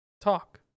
talk